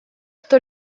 кто